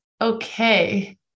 Okay